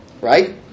right